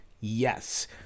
Yes